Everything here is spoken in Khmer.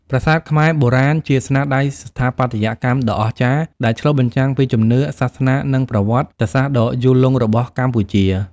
ប្រាសាទខ្មែរបុរាណជាស្នាដៃស្ថាបត្យកម្មដ៏អស្ចារ្យ ដែលឆ្លុះបញ្ចាំងពីជំនឿ សាសនា និងប្រវត្តិសាស្ត្រដ៏យូរលង់របស់កម្ពុជា។